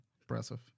Impressive